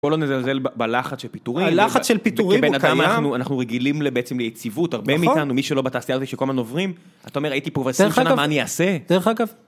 בוא לא נזלזל בלחץ של פיטורים, הלחץ של פיטורים הוא קיים, אנחנו רגילים בעצם ליציבות, הרבה מאיתנו, מי שלא בתעשייה הזאת שכל הזמן עוברים, אתה אומר הייתי פה כבר עשרים שנה, מה אני אעשה? דרך אגב, דרך אגב